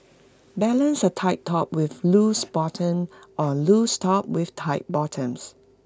balance A tight top with loose bottoms or A loose top with tight bottoms